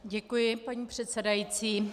Děkuji, paní předsedající.